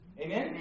Amen